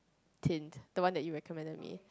tint that one that you recommended me